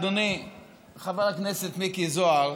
אדוני חבר הכנסת מיקי זוהר,